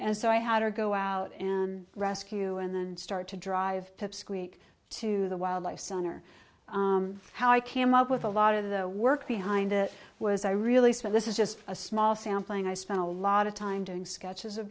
and so i had to go out and rescue and then start to drive pipsqueak to the wildlife center how i came up with a lot of the work behind it was i really said this is just a small sampling i spent a lot of time doing sketches of